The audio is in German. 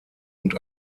und